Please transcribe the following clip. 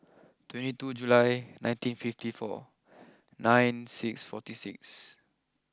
twenty two July nineteen fifty four nine six forty six